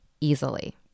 easily